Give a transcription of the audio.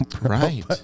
right